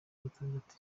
gatandatu